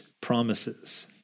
promises